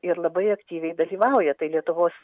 ir labai aktyviai dalyvauja tai lietuvos